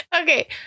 Okay